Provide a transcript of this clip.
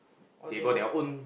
or they got